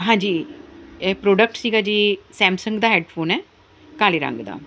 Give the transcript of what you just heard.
ਹਾਂਜੀ ਇਹ ਪ੍ਰੋਡਕਟ ਸੀਗਾ ਜੀ ਸੈਮਸੰਗ ਦਾ ਹੈਡਫੋਨ ਹੈ ਕਾਲੇ ਰੰਗ ਦਾ